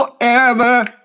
forever